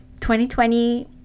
2020